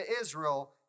Israel